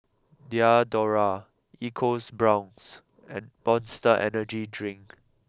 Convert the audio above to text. Diadora EcoBrown's and Monster Energy Drink